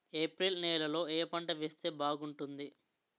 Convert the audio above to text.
April నెలలో ఏ పంట వేస్తే బాగుంటుంది?